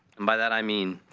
and by that i mean,